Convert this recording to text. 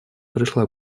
пришла